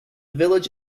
village